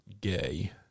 Gay